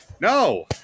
no